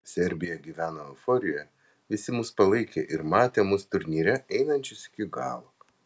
serbija gyveno euforijoje visi mus palaikė ir matė mus turnyre einančius iki galo